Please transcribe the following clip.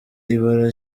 ibara